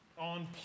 on